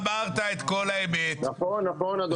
נכון, אדוני.